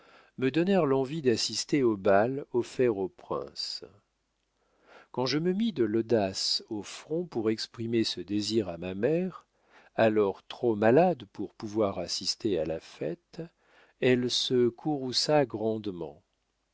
me donnèrent l'envie d'assister au bal offert au prince quand je me mis de l'audace au front pour exprimer ce désir à ma mère alors trop malade pour pouvoir assister à la fête elle se courrouça grandement